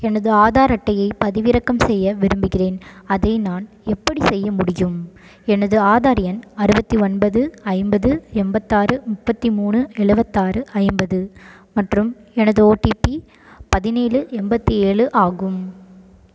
எனது ஆதார் அட்டையை பதிவிறக்கம் செய்ய விரும்புகிறேன் அதை நான் எப்படிச் செய்ய முடியும் எனது ஆதார் எண் அறுபத்தி ஒன்பது ஐம்பது எண்பத்தாறு முப்பத்தி மூணு எழுபத்தாறு ஐம்பது மற்றும் எனது ஓடிபி பதினேழு எண்பத்தி ஏழு ஆகும்